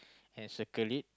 and circle it